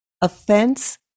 offense